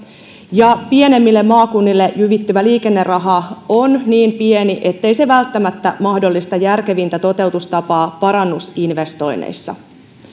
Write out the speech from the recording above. ja pienemmille maakunnille jyvittyvä liikenneraha on niin pieni ettei se välttämättä mahdollista järkevintä toteutustapaa parannusinvestoinneissa